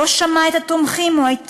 לא שמע את התומכים או את המתנגדים.